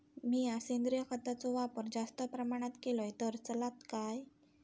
मीया सेंद्रिय खताचो वापर जास्त प्रमाणात केलय तर चलात काय?